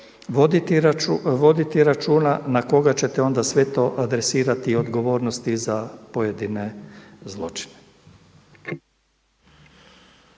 voditi računa na koga ćete onda sve to adresirati odgovornosti za pojedine zločine.